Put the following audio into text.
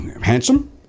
Handsome